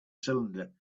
cylinder